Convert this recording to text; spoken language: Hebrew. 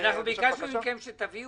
אנחנו ממתינים להערות